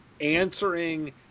answering